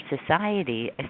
society